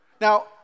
Now